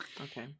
Okay